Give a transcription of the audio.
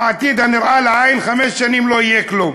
העתיד הנראה לעין, חמש שנים לא יהיה כלום.